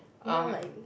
you know like